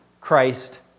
Christ